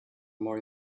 more